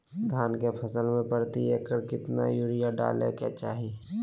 धान के फसल में प्रति एकड़ कितना यूरिया डाले के चाहि?